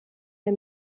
der